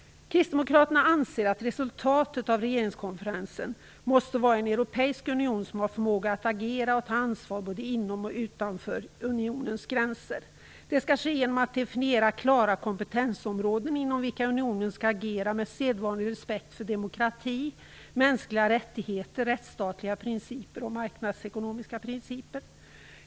Kristdemokraterna anser att resultatet av regeringskonferensen måste bli en europeisk union som har förmåga att agera och ta ansvar både inom och utanför unionens gränser. Det skall ske genom att man definierar klara kompetensområden inom vilka unionen skall agera med sedvanlig respekt för demokrati, mänskliga rättigheter, rättsstatliga principer och marknadsekonomiska principer.